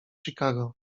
chicago